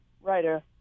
writer